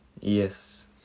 Yes